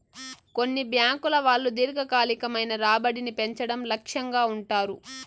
కొన్ని బ్యాంకుల వాళ్ళు దీర్ఘకాలికమైన రాబడిని పెంచడం లక్ష్యంగా ఉంటారు